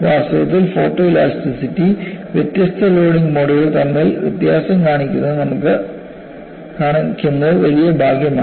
വാസ്തവത്തിൽ ഫോട്ടോഇലാസ്റ്റിസിറ്റി വ്യത്യസ്ത ലോഡിംഗ് മോഡുകളിൽ തമ്മിൽ വ്യത്യാസം കാണിക്കുന്നത് വളരെ ഭാഗ്യമാണ്